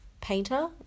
painter